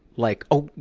like, oh,